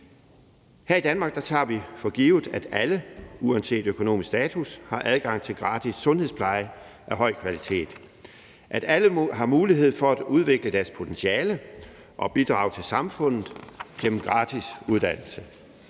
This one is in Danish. Her i Danmark tager vi for givet, at alle uanset økonomisk status har adgang til gratis sundhedspleje af høj kvalitet, at alle har mulighed for at udvikle deres potentiale og bidrage til samfundet gennem gratis uddannelse,